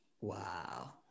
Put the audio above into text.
Wow